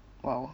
oh